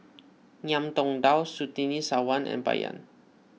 Ngiam Tong Dow Surtini Sarwan and Bai Yan